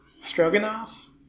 Stroganoff